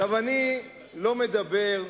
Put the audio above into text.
אני לא מדבר,